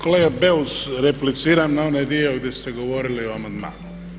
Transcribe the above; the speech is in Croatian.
Kolega Beus, repliciram na onaj dio gdje ste govorili o amandmanu.